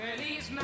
Feliz